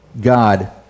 God